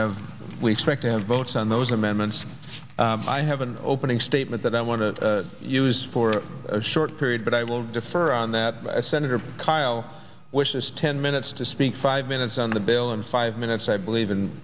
have we expect and votes on those amendments i have an opening statement that i want to use for a short period but i will defer on that by senator kyl wishes ten minutes to speak five minutes on the bail in five minutes i believe in